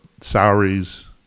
salaries